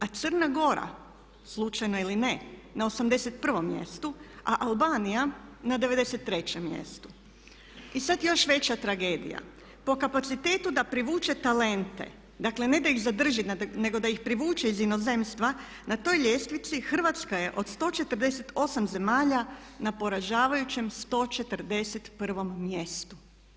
A Crna Gora slučajno ili ne 81, a Albanija na 93 mjestu i sad još veća tragedija po kapacitetu da privuče talente znači ne da ih zadrži nego da ih privuče iz inozemstva, na toj ljestvici Hrvatska je od 148 zemalja na poražavajućem 141 mjestu.